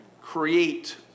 create